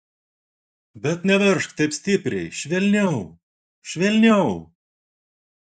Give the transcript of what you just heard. bet neveržk taip stipriai švelniau švelniau